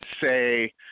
say